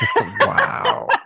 wow